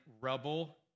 rubble